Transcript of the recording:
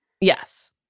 Yes